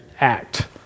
act